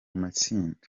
matsinda